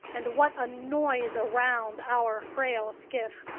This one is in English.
and what a noise around our frail skiff!